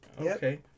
Okay